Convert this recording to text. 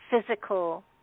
physical